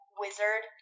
wizard